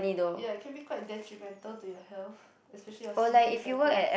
ya it can be quite detrimental to your health especially your sleeping patterns